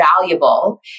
valuable